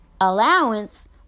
allowance